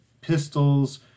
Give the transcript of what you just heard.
pistols